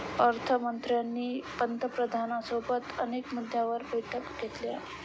अर्थ मंत्र्यांनी पंतप्रधानांसोबत अनेक मुद्द्यांवर बैठका घेतल्या